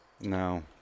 No